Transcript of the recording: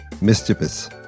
Mischievous